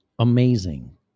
amazing